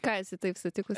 ką esi taip sutikus